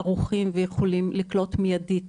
ערוכים, ויכולים לקלוט מיידית